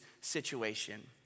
situation